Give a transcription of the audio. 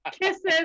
kisses